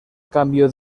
cambio